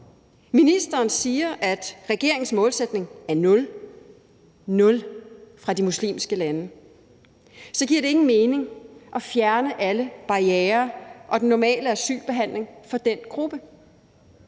Ministeren siger, at regeringens målsætning er nul fra de muslimske lande, og så giver det ingen mening at fjerne alle barrierer og den normale asylbehandling for den gruppe.